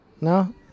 No